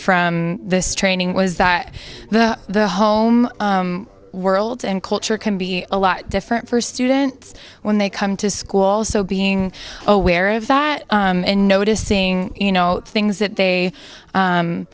from this training was that the home world and culture can be a lot different for students when they come to school so being aware of that and noticing you know things that they